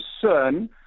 concern